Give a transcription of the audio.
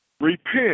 Repent